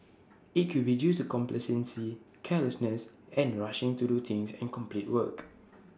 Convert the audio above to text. IT could be due to complacency carelessness and rushing to do things and complete work